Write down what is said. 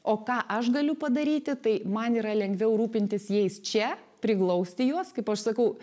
o ką aš galiu padaryti tai man yra lengviau rūpintis jais čia priglausti juos kaip aš sakau